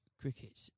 cricket